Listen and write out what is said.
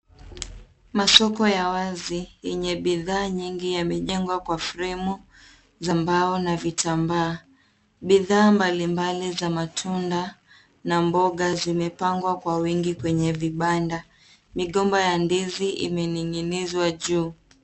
Masoko ya wazi yenye bidhaa nyingi yamejengwa kwa fremu za mbao na vitambaa. Bidhaa mbalimbali za matunda na mboga zimepangwa kwa wingi kwenye vibanda. Migomba ya ndizi imening'inizwa juu.